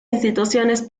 instituciones